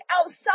outside